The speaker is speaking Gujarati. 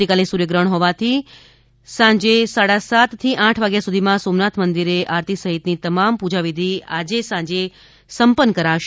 આવતીકાલે સૂર્યગ્રહણ હોવાથી આજે સાંજે સાડાસાતથી આઠ વાગ્યા સુધીમાં સોમનાથ મંદિરે આરતી સહિતની તમામ પૂજા વિધિ સંપન્ન કરાશે